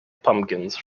pumpkins